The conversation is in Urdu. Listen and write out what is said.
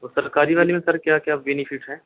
وہ سرکاری والی میں سر کیا کیا بینیفٹ ہیں